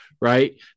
right